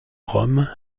rome